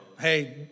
hey